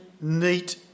neat